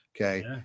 Okay